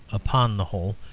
upon the whole,